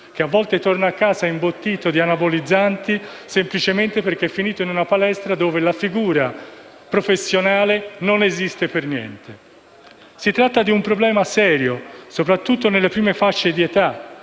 che a volte torna a casa imbottito di anabolizzanti semplicemente perché è finito in una palestra dove la figura professionale non esiste affatto. Si tratta di un problema serio perché, soprattutto nelle prime fasce di età.